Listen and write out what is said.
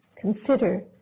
consider